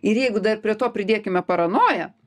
ir jeigu dar prie to pridėkime paranoją